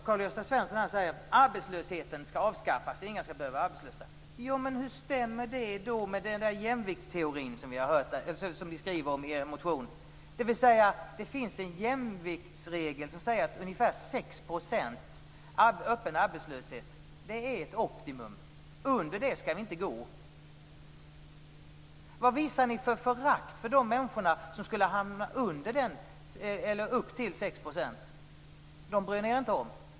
Karl-Gösta Svenson säger att arbetslösheten skall avskaffas och att inga skall behöva vara arbetslösa, men hur stämmer det med den jämviktsteori som ni skriver om i er motion? Det finns där en jämviktsregel enligt vilken ungefär 6 % öppen arbetslöshet är ett optimum. Under det skall vi inte gå. Vilket förakt ni visar för de människor som skulle hamna under gränsen 6 %! Dem bryr ni er inte om.